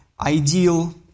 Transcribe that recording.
ideal